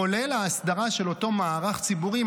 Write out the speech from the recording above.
כולל ההסדרה של אותו מערך ציבורי,